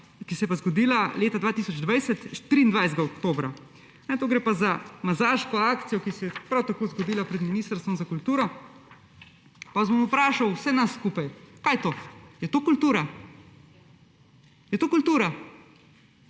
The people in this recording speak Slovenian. ki se je zgodila leta 2020, 23. oktobra. Tu gre pa za mazaško akcijo, ki se je prav tako zgodila pred Ministrstvom za kulturo. Pa vas bom vprašal, vse nas, kaj je to / pokaže premet/. Je to kultura? Je to kultura?